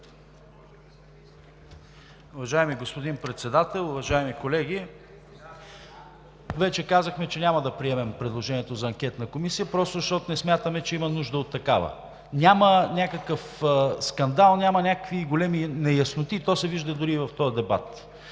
Вече казахме, че няма да приемем предложението за анкетна комисия, просто защото не смятаме, че има нужда от такава. Няма някакъв скандал, няма някакви големи неясноти и това се вижда дори и от този дебат.